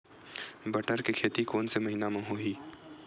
बटर के खेती कोन से महिना म होही?